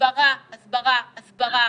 הסברה הסברה הסברה,